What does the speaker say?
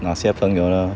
哪些朋友呢